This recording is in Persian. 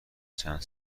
چند